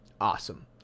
Awesome